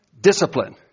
discipline